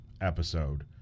episode